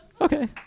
okay